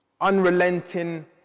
unrelenting